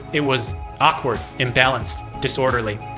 it was awkward, imbalanced, disorderly.